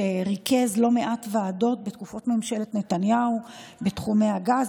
שריכז לא מעט ועדות בתקופות ממשלת נתניהו בתחומי הגז,